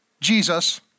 Jesus